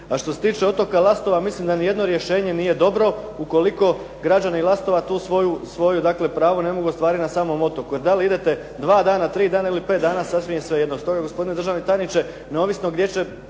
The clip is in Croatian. A što se tiče otoka Lastova mislim da ni jedno rješenje nije dobro ukoliko građani Lastova tu svoju, dakle pravo ne mogu ostvariti na samom otoku. Jer da li idete dva dana, tri dana ili pet dana sasvim je svejedno.